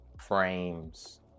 frames